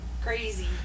Crazy